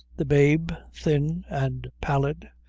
the babe, thin and pallid,